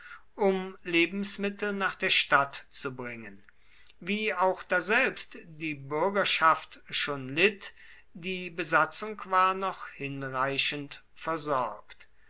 um lebensmittel nach der stadt zu bringen wie auch daselbst die bürgerschaft schon litt die besatzung war noch hinreichend versorgt